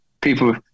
people